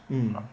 mm